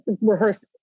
rehearse